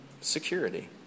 security